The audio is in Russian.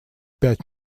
пять